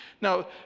Now